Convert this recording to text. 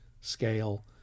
scale